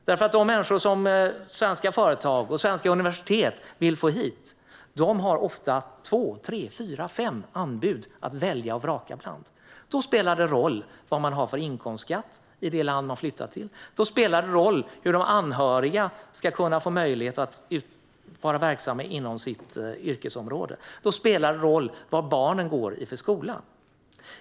De människor som svenska företag och universitet vill få hit har ofta två, tre, fyra eller fem anbud att välja och vraka bland. Då spelar det roll vad det är för inkomstskatt i det land man flyttar till, om de anhöriga kan få möjlighet att vara verksamma inom sitt yrkesområde och vad barnen går i för skola.